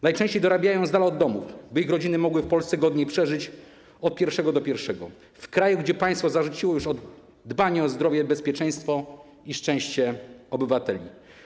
Najczęściej dorabiają z dala od domów, by ich rodziny mogły w Polsce godnie przeżyć od pierwszego do pierwszego, w kraju, gdzie państwo zarzuciło już dbanie o zdrowie, bezpieczeństwo i szczęście obywateli.